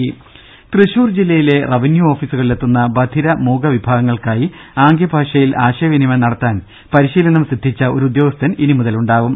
രുമ തൃശൂർ ജില്ലയിലെ റവന്യൂ ഓഫീസുകളിലെത്തുന്ന ബധിര മൂക വിഭാഗങ്ങൾക്കായി ആംഗ്യഭാഷയിൽ ആശയ വിനിമയം നടത്താൻ പരിശീലനം സിദ്ധിച്ച ഒരു ഉദ്യോഗസ്ഥൻ ഇനി മുതൽ ഉണ്ടാവും